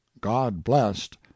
god-blessed